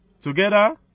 Together